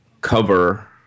cover